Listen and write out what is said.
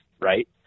right